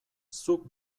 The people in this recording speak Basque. zuk